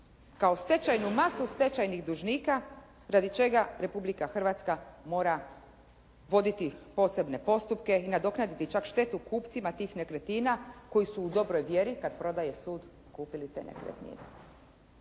kao stečajnu masu stečajnih dužnika radi čega Republika Hrvatska mora voditi posebne postupke i nadoknaditi čak štetu kupcima tih nekretnina koji su u dobroj vjeri kad prodaje sud kupili te nekretnine.